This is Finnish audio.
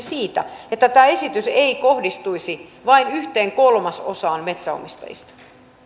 siitä että tämä esitys ei kohdistuisi vain yhteen kolmasosaan metsänomistajista